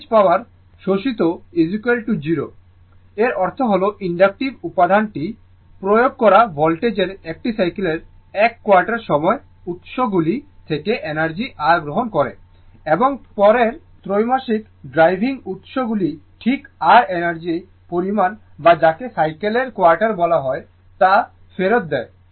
average power শোষিত 0 এর অর্থ হল ইনডাকটিভ উপাদানটি প্রয়োগকরা ভোল্টেজের একটি সাইকেলের 1 কোয়ার্টার সময় উৎসগুলি থেকে এনার্জি r গ্রহণ করে এবং পরের ড্রাইভিং উৎসগুলিতে ঠিক r এনার্জির পরিমাণ বা যাকে সাইকেলের কোয়ার্টার বলা হয় তা ফেরত দেয়